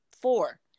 four